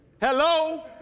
Hello